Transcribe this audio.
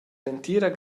l’entira